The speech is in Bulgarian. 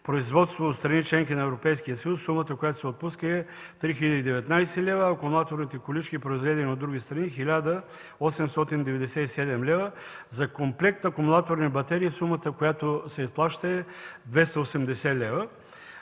производство от страни – членки на Европейския съюз, сумата, която се отпуска, е 3 019 лв., а за акумулаторните колички, произведени от други страни, е 1897 лв. За комплект акумулаторни батерии сумата, която се изплаща, е 280 лв.